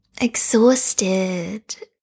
Exhausted